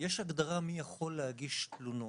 יש הגדרה מי יכול להגיש תלונות.